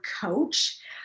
coach